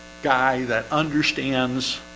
guy that understands